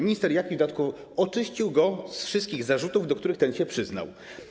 Minister Jaki w dodatku oczyścił go z wszystkich zarzutów, do których ten się przyznał.